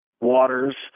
waters